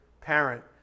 parent